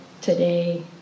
today